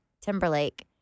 Timberlake